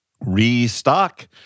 Restock